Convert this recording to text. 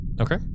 Okay